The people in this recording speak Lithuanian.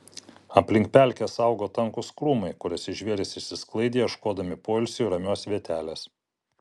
aplink pelkes augo tankūs krūmai kuriuose žvėrys išsisklaidė ieškodami poilsiui ramios vietelės